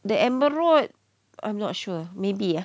the amber road I'm not sure maybe ah